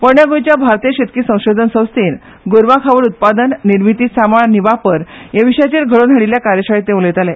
पोरणें गोंयच्या भारतीय शेतकी संशोधन संस्थेन गोरवा खावड उत्पादन निर्मिती सांबाळ आनी वापर ह्या विशयाचेर घडोवन हाडिल्ल्या कार्यशाळेंत ते उलयताले